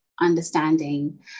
understanding